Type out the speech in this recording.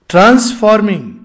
Transforming